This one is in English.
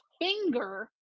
finger